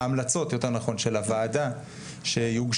ההמלצות יותר נכון של הוועדה שיוגשו,